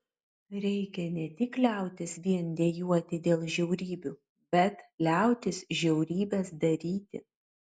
reikia ne tik liautis vien dejuoti dėl žiaurybių bet liautis žiaurybes daryti